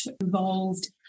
involved